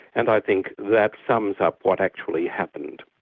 and i think that sums up what actually happened.